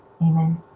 amen